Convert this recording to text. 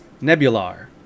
nebular